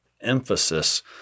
emphasis